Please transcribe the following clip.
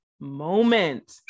moment